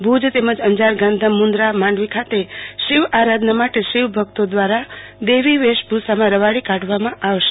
ભુજ તેમજ અંજાર ગાંધોધામ મુન્દ્રા માંડવી ખાત શિવ આરાધના માટે શીવભકતો દવારા દૈવી વેશભષામાં રવાડી કાઢવામાં આવશે